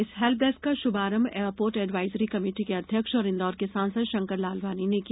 इस हेल्पडेस्क का शुभारंभ एयरपोर्ट एडवाइजरी कमिटी के अध्यक्ष और इंदौर र्क सांसद शंकर लालवानी ने किया